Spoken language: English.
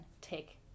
take